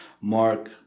Mark